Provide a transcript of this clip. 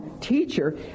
teacher